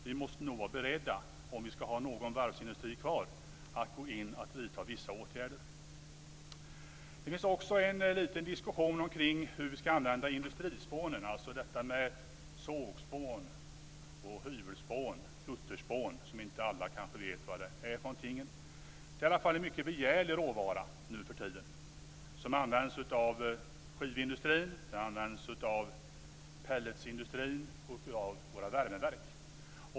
Vi måste nog vara beredda, om vi ska ha någon varvsindustri kvar, att gå in och vidta vissa åtgärder. Det finns också en liten diskussion om hur vi ska använda industrispån, alltså sågspån, hyvelspån och kutterspån. Alla kanske inte vet vad det är för någonting. Det är i alla fall en mycket begärlig råvara nu för tiden. Den används av skivindustrin, av pelletsindustrin och av våra värmeverk.